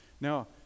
Now